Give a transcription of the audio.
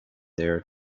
there